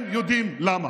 הם יודעים למה.